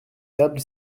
table